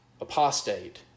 apostate